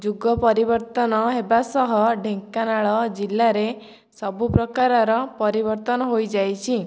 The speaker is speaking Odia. ଯୁଗ ପରିବର୍ତ୍ତନ ହେବା ସହ ଢେଙ୍କାନାଳ ଜିଲ୍ଲାରେ ସବୁ ପ୍ରକାରର ପରିବର୍ତ୍ତନ ହୋଇଯାଇଛି